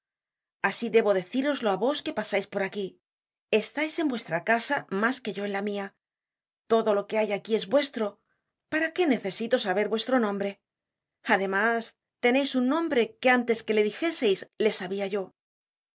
asi debo decíroslo á vos que pasais por aquí estais en vuestra casa mas que yo en la mia todo lo que hay aquí es vuestro para qué necesito saber vuestro nombre además teneis un nombre que antes que le dijeseis le sabia yo